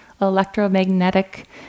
electromagnetic